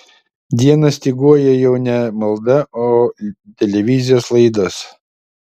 dieną styguoja jau ne malda o televizijos laidos